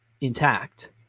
intact